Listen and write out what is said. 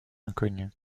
inconnue